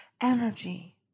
energy